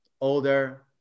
older